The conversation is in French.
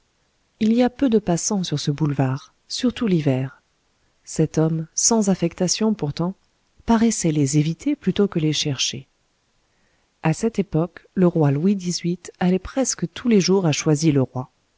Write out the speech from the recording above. il y a peu de passants sur ce boulevard surtout l'hiver cet homme sans affectation pourtant paraissait les éviter plutôt que les chercher à cette époque le roi louis xviii allait presque tous les jours à choisy le roi